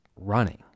running